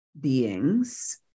beings